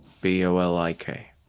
B-O-L-I-K